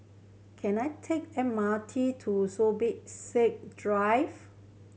can I take M R T to Zubir Said Drive